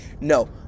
No